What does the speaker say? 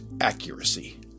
accuracy